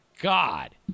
God